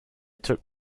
took